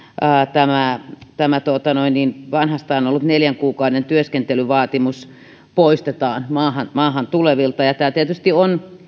tämä tämä vanhastaan ollut neljän kuukauden työskentelyvaatimus poistetaan maahan maahan tulevilta ja tämä tietysti on